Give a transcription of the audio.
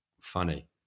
Funny